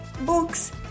books